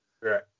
right